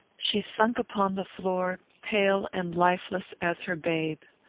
she sunk upon the floor, pale and lifeless as her babe.